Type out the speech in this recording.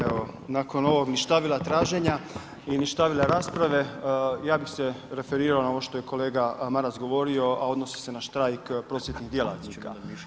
Evo nakon ovog ništavila traženja i ništavila rasprave, ja bi se referirao na ovo što je kolega Maras govorio a odnosi se na štrajk prosvjetnih djelatnika.